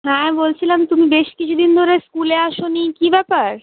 হ্যাঁ বলছিলাম তুমি বেশ কিছু দিন ধরে স্কুলে আসোনি কী ব্যাপার